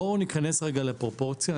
בואו ניכנס רגע לפרופורציה.